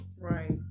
Right